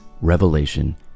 revelation